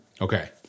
Okay